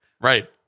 Right